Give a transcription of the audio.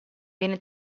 viene